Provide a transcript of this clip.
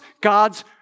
God's